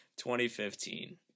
2015